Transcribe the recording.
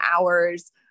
hours